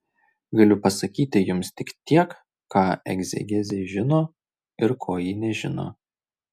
galiu pasakyti jums tik tiek ką egzegezė žino ir ko ji nežino